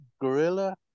gorilla